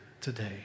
today